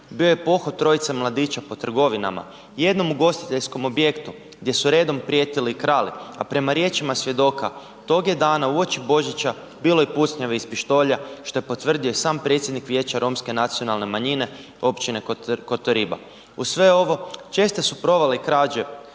bio je pohod trojice mladića po trgovinama, jednom ugostiteljskom objektu gdje su redom prijetili i krali, a prema riječima svjedoka tog je dana uoči Božića bilo i pucnjave iz pištolja što je potvrdio i sam predsjednik vijeća romske nacionalne manjine općine Kotoriba. Uz sve ovo česte su provale i krađe